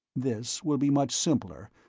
this will be much simpler,